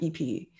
EP